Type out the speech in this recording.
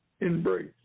embrace